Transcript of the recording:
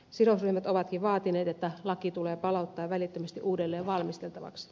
sidosryhmät ovatkin vaatineet että laki tulee palauttaa välittömästi uudelleen valmisteltavaksi